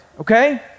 okay